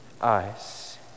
eyes